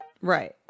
Right